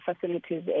facilities